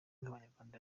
nk’abanyarwanda